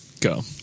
go